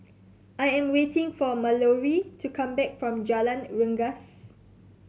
I am waiting for Mallorie to come back from Jalan Rengas